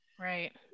Right